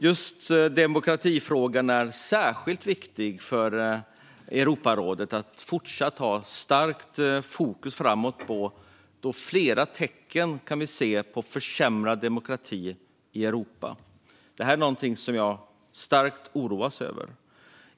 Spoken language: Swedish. Just demokratifrågan är särskilt viktig för Europarådet att fortsatt ha starkt fokus på, då vi kan se flera tecken på en försämrad demokrati i Europa. Detta är något som jag starkt oroas över.